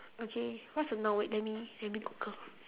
okay what's a noun wait let me let me google